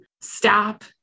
stop